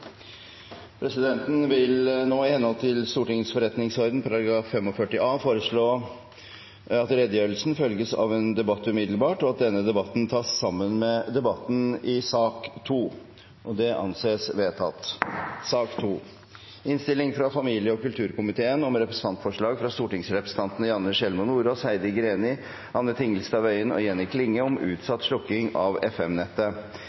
Presidenten vil, i henhold til Stortingets forretningsorden § 45 a), foreslå at redegjørelsen følges av en debatt umiddelbart, og at denne debatten tas sammen med debatten i sak nr. 2. – Det anses vedtatt. Etter ønske fra familie- og kulturkomiteen vil presidenten foreslå at taletiden blir begrenset til 5 minutter til hver partigruppe og